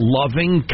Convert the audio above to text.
loving